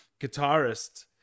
guitarist